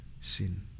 sin